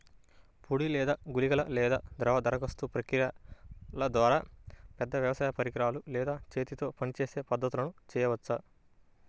పొడి లేదా గుళికల లేదా ద్రవ దరఖాస్తు ప్రక్రియల ద్వారా, పెద్ద వ్యవసాయ పరికరాలు లేదా చేతితో పనిచేసే పద్ధతులను చేయవచ్చా?